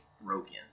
broken